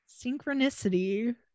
Synchronicity